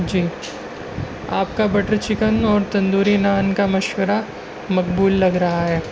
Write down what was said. جی آپ کا butter chicken اور تندوری نان کا مشورہ مقبول لگ رہا ہے